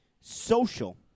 social